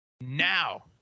now